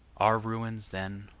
are ruins, then,